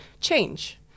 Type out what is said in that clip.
change